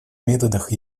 методах